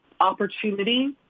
opportunity